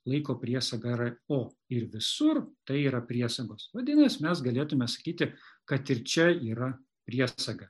laiko priesaga yra o ir visur tai yra priesagos vadinasi mes galėtume sakyti kad ir čia yra priesaga